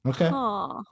Okay